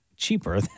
cheaper